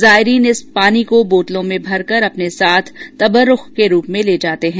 जायरीन इस पानी को बोतलों मे भरकर अपने साथ तबर्रुख के रूप में लेकर जाते हैं